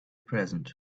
present